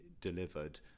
delivered